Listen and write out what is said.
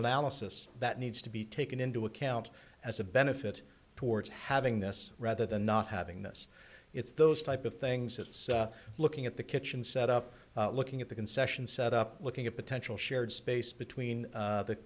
analysis that needs to be taken into account as a benefit towards having this rather than not having this it's those type of things it's looking at the kitchen set up looking at the concession set up looking at potential shared space between the the